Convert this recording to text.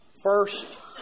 first